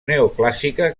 neoclàssica